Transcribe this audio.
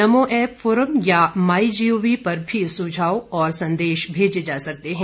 नमो app forum या MyGov पर भी सुझाव और संदेश भेजे जा सकते हैं